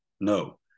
No